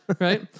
Right